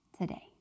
today